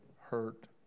hurt